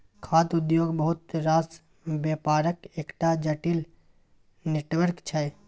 खाद्य उद्योग बहुत रास बेपारक एकटा जटिल नेटवर्क छै